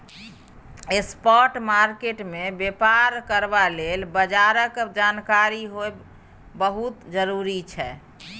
spot market मे बेपार करबा लेल बजारक जानकारी होएब बहुत जरूरी छै